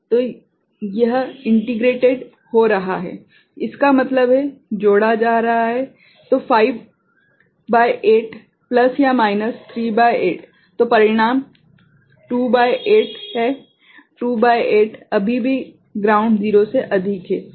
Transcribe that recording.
तो यह एकीकृत हो रहा है इसका मतलब है जोड़ा जा रहा है तो 5 भागित 8 प्लस या माइनस 3 बाय 8 तो परिणाम 2 भागित 8 है 2 भागित 8 अभी भी ग्राउंड 0 से अधिक है